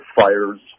fires